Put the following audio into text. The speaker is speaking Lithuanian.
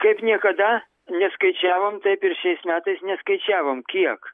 kaip niekada neskaičiavom taip ir šiais metais neskaičiavom kiek